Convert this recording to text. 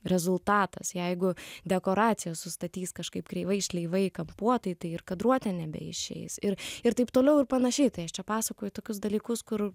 rezultatas jeigu dekoracijas sustatys kažkaip kreivai šleivai kampuotai tai ir kadruotė nebeišeis ir ir taip toliau ir panašiai tai aš čia pasakoju tokius dalykus kur